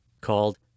called